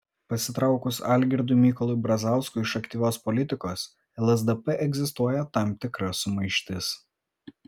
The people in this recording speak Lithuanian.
pasitraukus algirdui mykolui brazauskui iš aktyvios politikos lsdp egzistuoja tam tikra sumaištis